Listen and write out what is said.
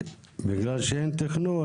עקב כך,